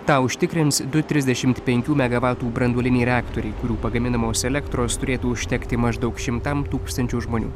tą užtikrins du trisdešmt penkių megavatų branduoliniai reaktoriai kurių pagaminamos elektros turėtų užtekti maždaug šimtam tūkstančių žmonių